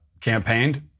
campaigned